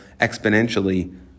exponentially